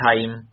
time